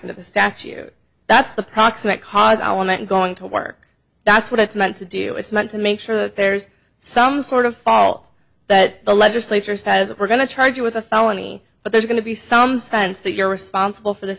into the statue that's the proximate cause i want going to work that's what it's meant to do it's meant to make sure that there's some sort of fault that the legislature says we're going to charge you with a felony but there's going to be some sense that you're responsible for this